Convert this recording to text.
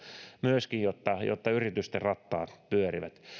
myöskin jotta jotta yritysten rattaat pyörivät